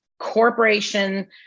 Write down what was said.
corporation